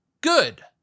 good